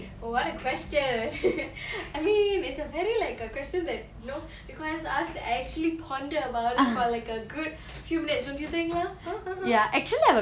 oh what a question I mean it's a very like a question that you know requires us to actually ponder about it like a good few minutes don't you think ah ya